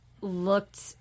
looked